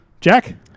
Jack